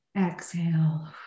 Exhale